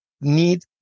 need